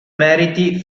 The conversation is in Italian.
meriti